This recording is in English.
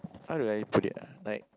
how do I put it ah like